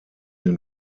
den